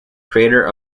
creator